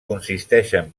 consisteixen